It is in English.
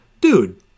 dude